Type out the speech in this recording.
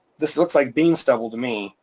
this looks like bean stubble to me.